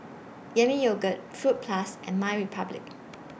Yami Yogurt Fruit Plus and MyRepublic